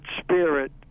spirit